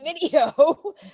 video